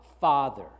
Father